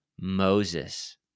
Moses